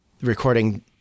recording